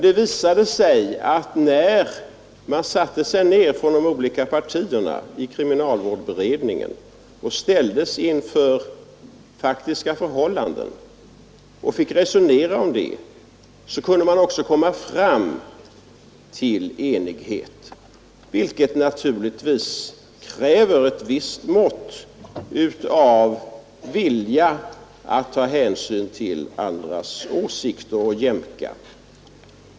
Det visade sig emellertid att när man från de olika partierna satte sig ned i kriminalvårdsberedningen, ställdes inför faktiska förhållanden och fick resonera kunde man också komma fram till enighet, vilket naturligtvis krävde ett visst mått av vilja att jämka och att ta hänsyn till andras åsikter.